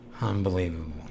Unbelievable